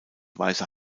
weißer